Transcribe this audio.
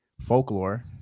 folklore